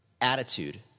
attitude